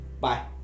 bye